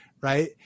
right